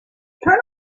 turn